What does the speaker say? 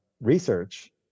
research